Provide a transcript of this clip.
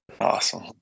Awesome